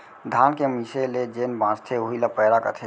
धान के मीसे ले जेन बॉंचथे उही ल पैरा कथें